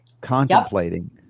contemplating